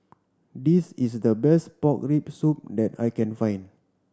this is the best pork rib soup that I can find